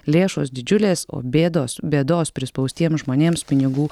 lėšos didžiulės o bėdos bėdos prispaustiems žmonėms pinigų